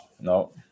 No